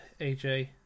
AJ